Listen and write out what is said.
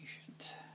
patient